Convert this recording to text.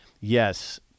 yes